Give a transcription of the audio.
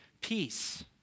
peace